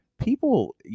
People